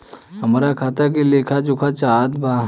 हमरा खाता के लेख जोखा चाहत बा?